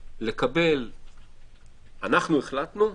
אנחנו החלטנו,